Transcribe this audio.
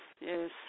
yes